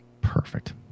Perfect